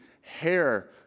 hair